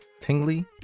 tingly